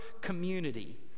community